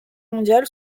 mondial